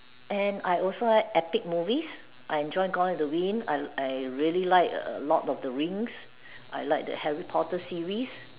and I also like epic movies I enjoy gone with the winds I I really like err Lord of the rings I like the Harry Potter series